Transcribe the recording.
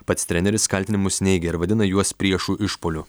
pats treneris kaltinimus neigia ir vadina juos priešų išpuoliu